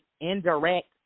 indirect